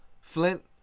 Flint